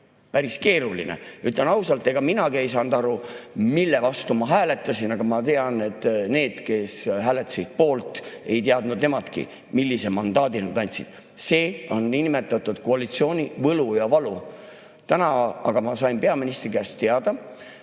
Päris keeruline! Ütlen ausalt, ega mina ei saanud aru, mille vastu ma hääletasin, aga ma tean, et need, kes hääletasid poolt, ei teadnud ka, millise mandaadi nad andsid. See on niinimetatud koalitsiooni võlu ja valu. Täna aga ma sain peaministri käest teada,